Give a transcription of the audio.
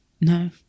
no